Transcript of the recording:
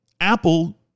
Apple